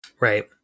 Right